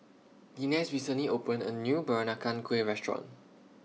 Inez recently opened A New Peranakan Kueh Restaurant